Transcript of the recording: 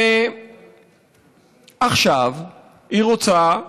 ועכשיו היא רוצה,